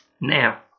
now